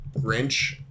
Grinch